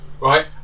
right